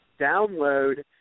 download